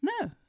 no